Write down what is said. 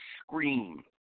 scream